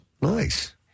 Nice